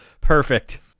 Perfect